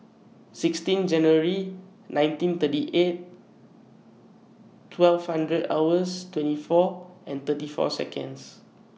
sixteen January nineteen thirty eight twelve hundred hours twenty four and thirty four Seconds